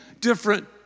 different